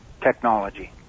technology